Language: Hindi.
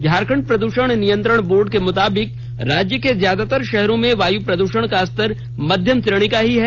झारखंड प्रद्रषण नियंत्रण बोर्ड के मुताबिक राज्य के ज्यादातर शहरों में वायु प्रद्रषण का स्तर मध्यम श्रेणी का ही है